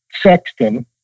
Sexton